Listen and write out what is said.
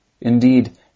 Indeed